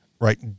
right